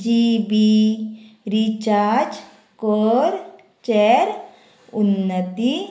जी B recharge कर चेर उन्नती